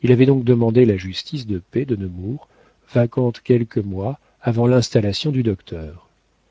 il avait donc demandé la justice de paix de nemours vacante quelques mois avant l'installation du docteur